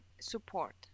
support